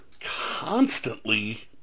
constantly